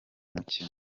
mukino